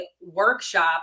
workshop